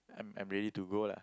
I'm I'm ready to go lah